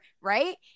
right